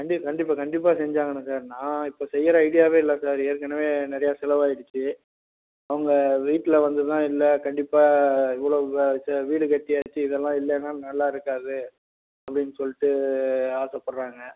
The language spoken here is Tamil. கண்டி கண்டிப்பாக கண்டிப்பாக செஞ்சாகணும் சார் நான் இப்போ செய்கிற ஐடியாகவே இல்லை சார் ஏற்கனவே நிறையா செலவாகிடிச்சி அவங்க வீட்டில் வந்து தான் இல்லை கண்டிப்பாக இவ்வளோ இது வீடு கட்டியாச்சு இதெல்லாம் இல்லைனா நல்லாயிருக்காது அப்படின்னு சொல்லிட்டு ஆசைப்பட்றாங்க